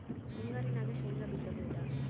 ಮುಂಗಾರಿನಾಗ ಶೇಂಗಾ ಬಿತ್ತಬಹುದಾ?